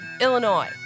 Illinois